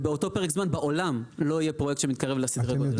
ובאותו פרק זמן בעולם לא יהיה פרויקט שמתקרב לסדרי הגודל האלה.